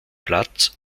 platz